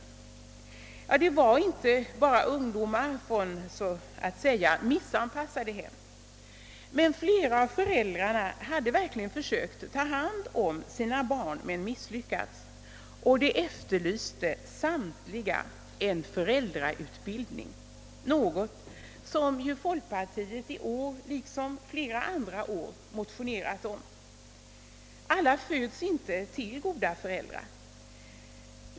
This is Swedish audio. Det rörde sig inte bara om ungdomar från vad som kallas missanpassade hem — flera av föräldrarna hade verkligen försökt ta hand om sina barn men misslyckats. De efterlyste samtliga en föräldrautbildning, något som ju folkartiet har motionerat om i år liksom flera gånger tidigare. Alla föds inte till goda föräldrar.